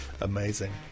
Amazing